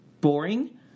boring